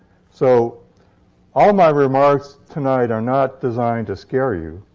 so all my remarks tonight are not designed to scare you.